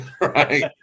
right